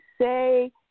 say